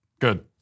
Good